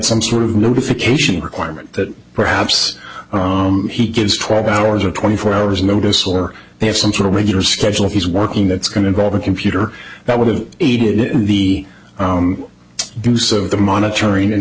some sort of notification requirement that perhaps he gives twelve hours or twenty four hours notice or they have some sort of regular schedule he's working that's going to involve a computer that would have aided the use of the monitoring and